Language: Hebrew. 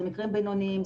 זה מקרים בינוניים.